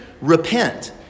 repent